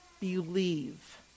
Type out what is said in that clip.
believe